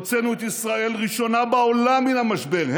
הוצאנו את ישראל ראשונה בעולם מן המשבר,